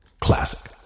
Classic